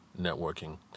networking